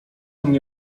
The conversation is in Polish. mnie